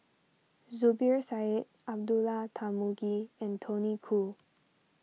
Zubir Said Abdullah Tarmugi and Tony Khoo